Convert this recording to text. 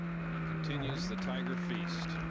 and he continues the tiger feast